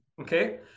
okay